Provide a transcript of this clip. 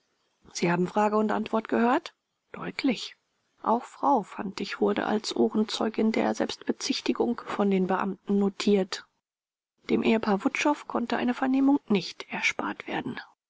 sie haben frage und antwort gehört deutlich auch frau fantig wurde als ohrenzeugin der selbstbezichtigung von den beamten notiert dem ehepaar wutschow konnte eine vernehmung nicht erspart werden